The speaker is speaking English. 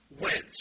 went